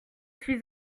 suis